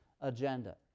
agenda